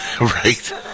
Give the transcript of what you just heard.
Right